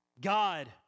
God